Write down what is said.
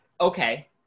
okay